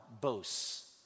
boasts